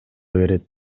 берет